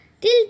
Till